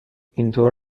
اینطور